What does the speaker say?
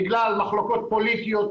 בגלל מחלוקות פוליטיות,